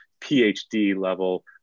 PhD-level